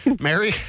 Mary